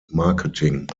marketing